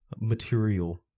material